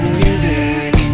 music